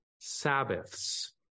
Sabbaths